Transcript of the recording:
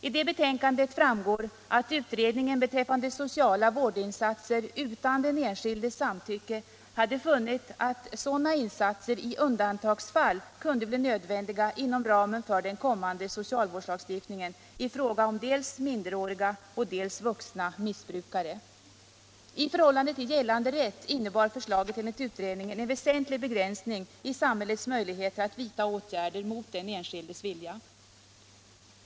Av detta betänkande framgår att utredningen beträffande sociala vårdinsatser utan den enskildes samtycke hade funnit att sådana insatser i undantagsfall kunde bli nödvändiga inom ramen för den kommande socialvårdslagstiftningen i fråga om dels minderåriga, dels vuxna missbrukare. I förhållande till gällande rätt innebar förslaget enligt utredningen en väsentlig begränsning i samhällets möjligheter att vidta åtgärder mot den enskildes vilja.